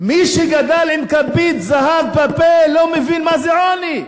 וזה מה שאני אומרת.